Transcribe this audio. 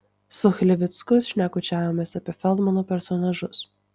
su chlivicku šnekučiavomės apie feldmano personažus